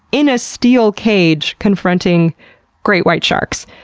in a steel cage, confronting great white sharks.